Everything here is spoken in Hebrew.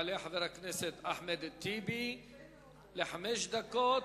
יעלה חבר הכנסת אחמד טיבי לחמש דקות,